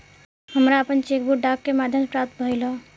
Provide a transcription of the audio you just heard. हमरा आपन cheque book डाक के माध्यम से प्राप्त भइल ह